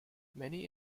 many